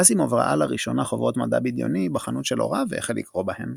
אסימוב ראה לראשונה חוברות מדע בדיוני בחנות של הוריו והחל לקרוא בהן.